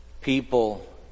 People